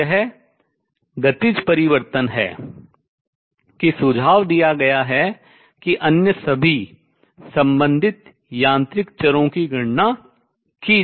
तो यह गतिज परिवर्तन है कि सुझाव दिया गया है कि अन्य सभी संबंधित यांत्रिक चरों की गणना की जा सकती है